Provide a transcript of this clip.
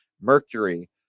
mercury